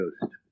Ghost